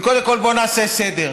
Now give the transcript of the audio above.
כי קודם כול בואו נעשה סדר.